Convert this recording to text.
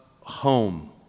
home